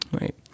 right